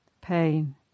pain